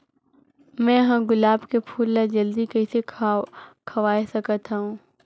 मैं ह गुलाब के फूल ला जल्दी कइसे खवाय सकथ हवे?